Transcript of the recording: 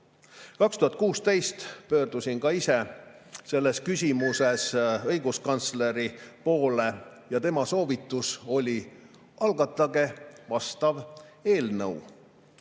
2016 pöördusin ka ise selles küsimuses õiguskantsleri poole. Tema soovitus oli: algatage vastav eelnõu.